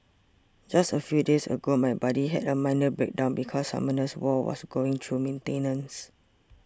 just a few days ago my buddy had a minor breakdown because Summoners War was going through maintenance